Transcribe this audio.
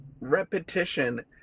repetition